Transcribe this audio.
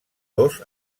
dos